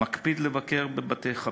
מקפיד לבקר בבית-חב"ד,